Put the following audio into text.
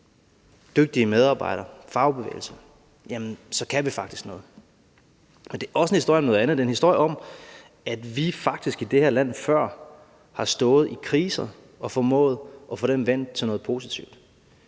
dygtige medarbejdere, fagbevægelsen, så kan vi faktisk noget. Men det er også en historie om noget andet. Det er en historie om, at vi faktisk i det her land før har stået i kriser og har formået at få dem vendt til noget positivt.